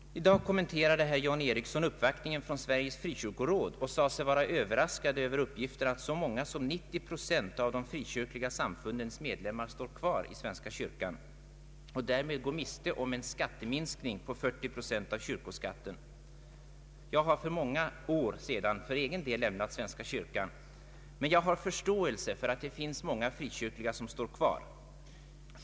I dag kommenterade herr John Ericssson uppvaktningen från Sveriges frikyrkoråd och sade sig vara överraskad över uppgiften att så många som 90 procent av de frikyrkliga samfundens medlemmar står kvar i svenska kyrkan och därmed går miste om en skatteminskning på 40 procent av kyrkoskatten. Själv har jag för många år sedan lämnat Svenska kyrkan, men jag har förståelse för att många frikyrkliga vill stå kvar.